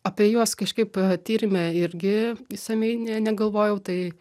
apie juos kažkaip tyrime irgi išsamiai ne negalvojau tai